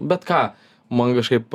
bet ką man kažkaip